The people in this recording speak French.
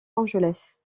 angeles